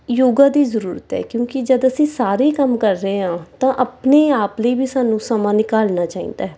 ਯੋਗਾ ਦੀ ਜ਼ਰੂਰਤ ਹੈ ਕਿਉਂਕਿ ਜਦ ਅਸੀਂ ਸਾਰੇ ਕੰਮ ਕਰ ਰਹੇ ਹਾਂ ਤਾਂ ਆਪਣੇ ਆਪ ਲਈ ਵੀ ਸਾਨੂੰ ਸਮਾਂ ਨਿਕਾਲਣਾ ਚਾਹੀਦਾ